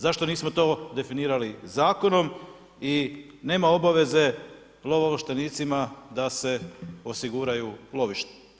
Zašto nismo to definirali zakonom i nema obaveze lovoovlaštenicima da se osiguraju lovišta.